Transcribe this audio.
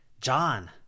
John